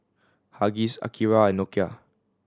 Huggies Akira and Nokia